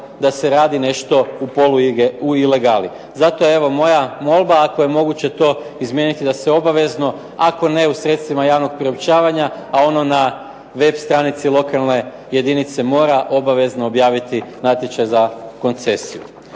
da se radi nešto u poluilegali. Zato evo moja molba, ako je moguće to izmijeniti, da se obavezno ako ne u sredstvima javnog priopćavanja, a ono na web stranici lokalne jedinice mora obavezno objaviti natječaj za koncesiju.